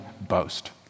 boast